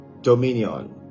dominion